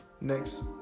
Next